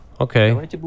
Okay